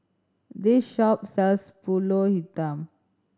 this shop sells Pulut Hitam